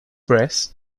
press